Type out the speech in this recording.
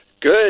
good